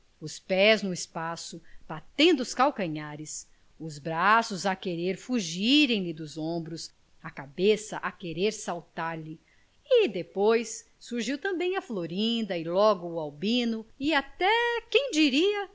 os pés no espaço batendo os calcanhares os braços a querer fugirem lhe dos ombros a cabeça a querer saltar lhe e depois surgiu também a florinda e logo o albino e até quem diria